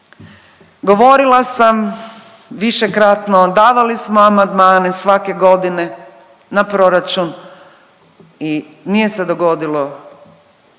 Govorila sam višekratno, davali smo amandmane svake godine na proračun i nije se dogodilo ništa.